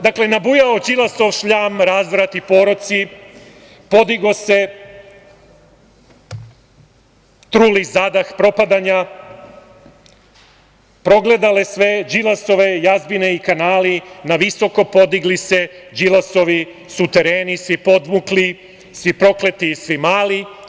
Dakle: „Nabujao Đilasov šljam, razvrat i poroci, podigao se truli zadah propadanja, progledale sve Đilasove jazbine i kanali, na visoko podigli se Đilasovi sutereni, svi podmukli, svi prokleti i svi mali“